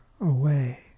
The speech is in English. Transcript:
away